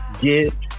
Get